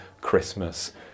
christmas